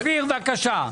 אופיר, בבקשה.